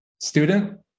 student